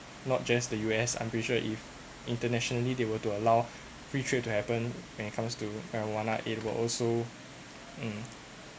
not just the U_S I'm pretty sure if internationally they were to allow free trade to happen when it comes to marijuana it will also mm